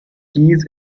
keys